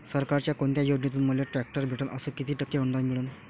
सरकारच्या कोनत्या योजनेतून मले ट्रॅक्टर भेटन अस किती टक्के अनुदान मिळन?